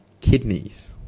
kidneys